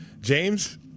James